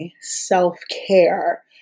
self-care